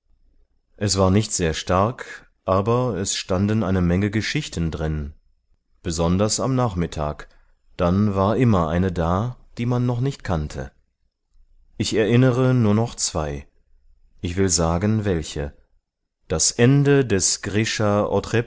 es war nicht sehr stark aber es standen eine menge geschichten drin besonders am nachmittag dann war immer eine da die man noch nicht kannte ich erinnere nur noch zwei ich will sagen welche das ende des grischa